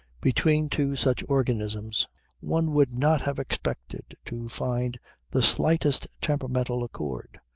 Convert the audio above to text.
between two such organisms one would not have expected to find the slightest temperamental accord.